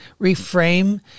reframe